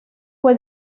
fue